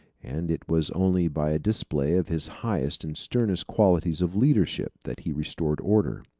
and it was only by a display of his highest and sternest qualities of leadership, that he restored order.